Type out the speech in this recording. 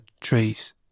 trees